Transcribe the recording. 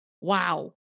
Wow